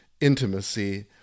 intimacy